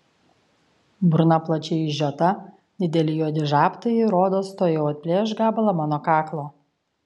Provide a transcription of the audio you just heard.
burna plačiai išžiota dideli juodi žabtai rodos tuojau atplėš gabalą mano kaklo